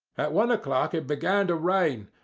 at one o'clock it began to rain,